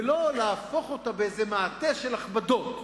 ולא לכסות אותה באיזה מעטה של הכבדות.